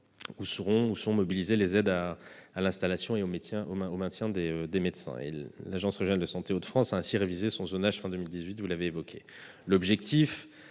où sont mobilisées les aides à l'installation et au maintien des médecins. L'agence régionale de santé Hauts-de-France a ainsi révisé son zonage à la fin de l'année 2018. L'objectif,